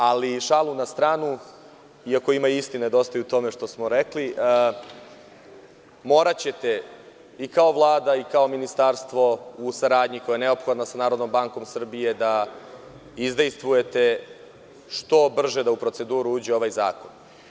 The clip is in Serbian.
Ali, šalu na stranu, iako ima dosta istine u tome što smo rekli, moraćete i kao Vlada i kao Ministarstvo, u neophodnoj saradnji sa Narodnom bankom Srbije, da izdejstvujete da što brže uđe u proceduru ovaj zakon.